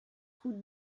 route